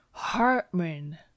Hartman